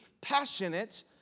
passionate